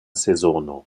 sezono